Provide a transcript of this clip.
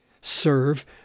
serve